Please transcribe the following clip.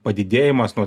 padidėjimas nuo